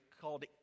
called